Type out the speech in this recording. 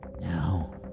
Now